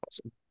Awesome